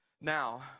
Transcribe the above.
Now